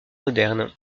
moderne